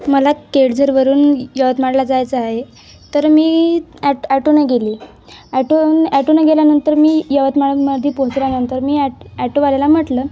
मला केळझरवरून यवतमाळला जायचं आहे तर मी ॲट ॲटोने गेली ॲटो ॲटोनं गेल्यानंतर मी यवतमाळमध्ये पोचल्यानंतर मी ॲट ॲटोवाल्याला म्हटलं